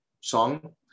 Song